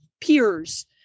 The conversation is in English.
peers